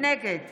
נגד